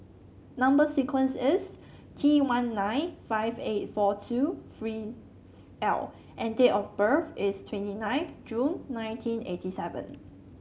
number sequence is T one nine five eight four two three L and date of birth is twenty ninth June nineteen eighty seven